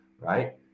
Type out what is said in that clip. right